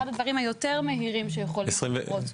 הדברים היותר מהירים שיכולים לקרות.